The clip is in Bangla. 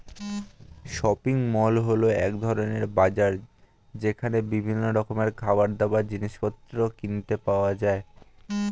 শপিং মল হল এক ধরণের বাজার যেখানে বিভিন্ন রকমের খাবারদাবার, জিনিসপত্র কিনতে পাওয়া যায়